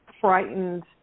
frightened